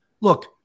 look